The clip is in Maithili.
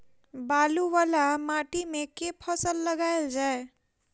बालू वला माटि मे केँ फसल लगाएल जाए?